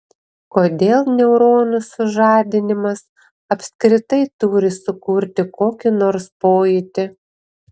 kodėl neuronų sužadinimas apskritai turi sukurti kokį nors pojūtį